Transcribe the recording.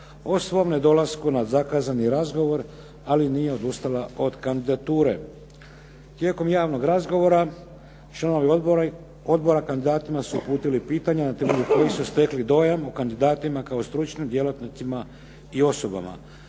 o svom nedolasku na zakazani razgovor, ali nije odustala od kandidature. Tijekom javnog razgovora članovi odbora kandidatima su uputili pitanja na temelju kojih su stekli dojam o kandidatima kao stručnim djelatnicima i osobama.